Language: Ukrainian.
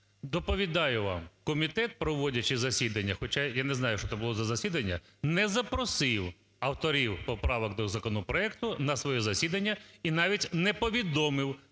Доповідаю вам: комітет, проводячи засідання, хоча я не знаю, що то було за засідання, не запросив авторів поправок до законопроекту на своє засідання і навіть не повідомив про